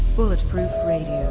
bulletproof radio.